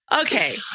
Okay